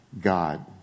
God